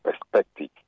perspective